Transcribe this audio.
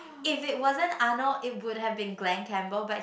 if it wasn't Arnold it would have been Glen Campbell but he